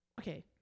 Okay